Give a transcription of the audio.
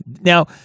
Now